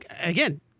again